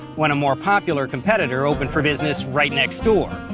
when a more popular competitor opened for business right next door.